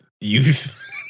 Youth